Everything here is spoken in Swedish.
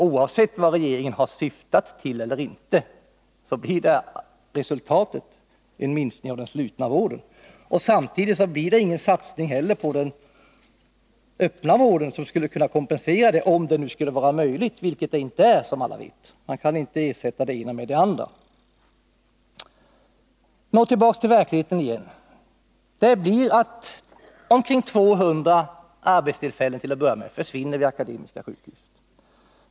Oavsett vad regeringen syftat till, så blir resultatet en minskning av den slutna vården. Samtidigt blir det ingen satsning på den öppna vården för att kompensera minskningen av den slutna vården, om nu detta skulle vara möjligt, vilket det inte är — man kan inte ersätta det ena med det andra. Nå, tillbaka till verkligheten igen! Omkring 200 arbetstillfällen kommer till att börja med att försvinna vid Akademiska sjukhuset.